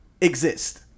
exist